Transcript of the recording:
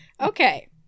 Okay